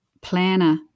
planner